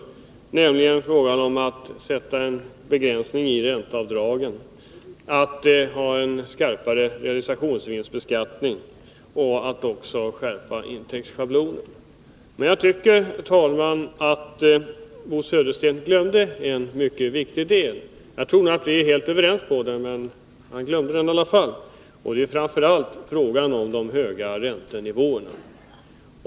Det gäller frågan om att ha en begränsning för ränteavdragen, att ha en skarpare realisationsvinstbeskattning och att skärpa intäktsschablonen. Jag tycker emellertid, herr talman, att Bo Södersten glömde en mycket viktig sak — visserligen tror jag att vi är överens på den punkten, men jag vill ändå framhålla det. Det gäller framför allt frågan om de höga räntenivåerna.